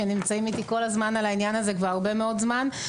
שהנמצאים איתי כל הזמן על העניין הזה כבר הרבה מאוד זמן.